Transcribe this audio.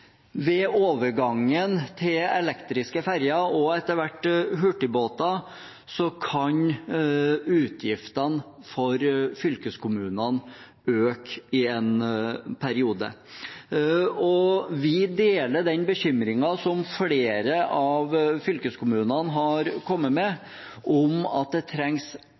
ved overgangen til elektriske ferjer og etter hvert hurtigbåter kan utgiftene for fylkeskommunene øke i en periode. Vi deler den bekymringen som flere av fylkeskommunene har kommet med, om at det trengs